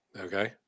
Okay